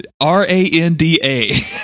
r-a-n-d-a